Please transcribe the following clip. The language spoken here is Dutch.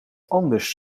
anders